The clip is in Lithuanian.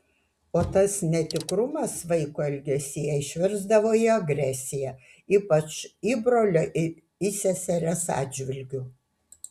o tas netikrumas vaiko elgesyje išvirsdavo į agresiją ypač įbrolio ir įseserės atžvilgiu